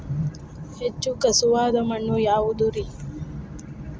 ಹೆಚ್ಚು ಖಸುವಾದ ಮಣ್ಣು ಯಾವುದು ರಿ?